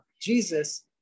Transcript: Jesus